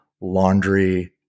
laundry